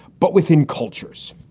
but within cultures.